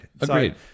Agreed